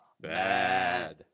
Bad